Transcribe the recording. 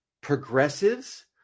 progressives